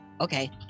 Okay